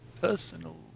personal